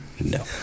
No